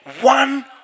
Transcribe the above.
one